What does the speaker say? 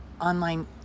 online